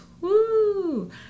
Woo